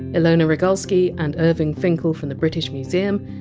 ilona regulski and irving finkel from the british museum,